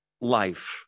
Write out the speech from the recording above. life